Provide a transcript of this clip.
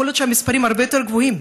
יכול להיות שהמספרים הרבה הרבה יותר גבוהים.